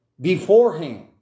beforehand